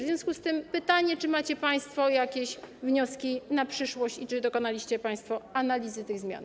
W związku z tym pytanie: Czy macie państwo jakieś wnioski na przyszłość i czy dokonaliście państwo analizy tych zmian?